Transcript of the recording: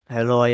Hello